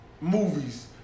movies